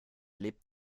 lebt